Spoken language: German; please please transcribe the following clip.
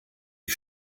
die